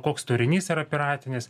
koks turinys yra piratinis